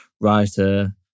writer